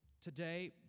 today